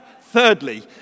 Thirdly